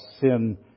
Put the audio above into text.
sin